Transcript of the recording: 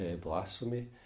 blasphemy